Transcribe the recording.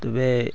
ᱛᱚᱵᱮ